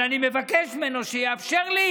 אבל אני מבקש ממנו שיאפשר לי